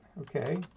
Okay